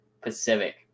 Pacific